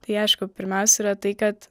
tai aišku pirmiausia yra tai kad